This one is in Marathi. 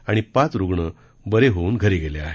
आणि पाच रुग्ण बरे होऊन घरी गेले आहेत